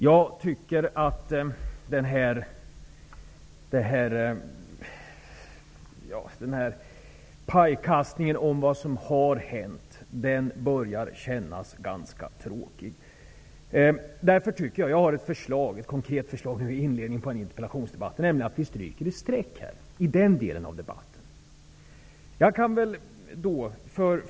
Jag tycker att denna pajkastning om vad som har hänt börjar kännas ganska tråkig. Jag har därför ett konkret förslag i inledningen på denna interpellationsdebatt. Jag tycker att vi stryker ett streck för den delen av debatten.